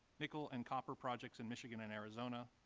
nickel and copper projects in michigan and arizona,